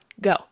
go